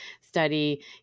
study